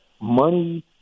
money